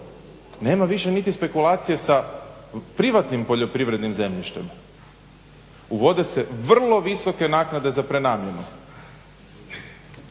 nema više špekulacije sa privatnim poljoprivrednim zemljištem. Uvode se vrlo visoke naknade za prenamjenu.